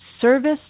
service